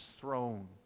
throne